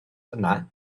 yna